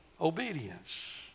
obedience